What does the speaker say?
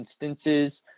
instances